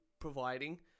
providing